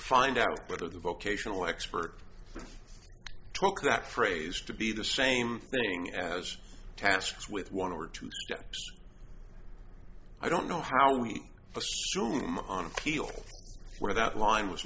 find out what are the vocational expert took that phrase to be the same thing as tasks with one or two i don't know how many on appeal where that line was